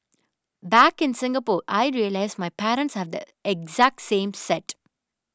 back in Singapore I realised my parents have the exact same set